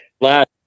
last